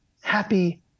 happy